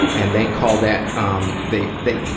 and they call that, um, they, they,